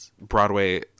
broadway